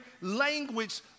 language